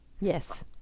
Yes